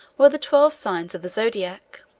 were the twelve signs of the zodiac